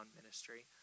ministry